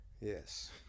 Yes